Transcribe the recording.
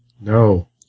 No